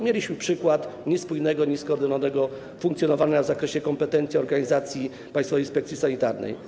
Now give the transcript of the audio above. Mieliśmy przykład niespójnego, nieskoordynowanego funkcjonowania w zakresie kompetencji organizacji Państwowej Inspekcji Sanitarnej.